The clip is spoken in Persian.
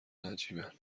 نجیبن